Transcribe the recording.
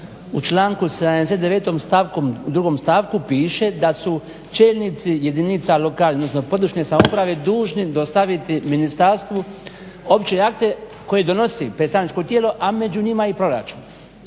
u drugom stavku piše da su čelnici jedinica lokalne odnosno područne samouprave dužni dostaviti ministarstvu opće akte koje donosi predstavničko tijelo, a među njima i proračun.